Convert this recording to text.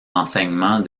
enseignement